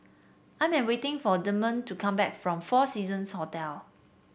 I'm waiting for Damian to come back from Four Seasons Hotel